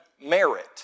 merit